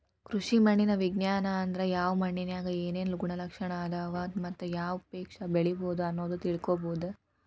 ಕೃಷಿ ಮಣ್ಣಿನ ವಿಜ್ಞಾನ ಅಂದ್ರ ಯಾವ ಮಣ್ಣಿನ್ಯಾಗ ಏನೇನು ಗುಣಲಕ್ಷಣ ಅದಾವ ಮತ್ತ ಯಾವ ಪೇಕ ಬೆಳಿಬೊದು ಅನ್ನೋದನ್ನ ತಿಳ್ಕೋಬೋದು